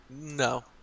No